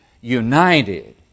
united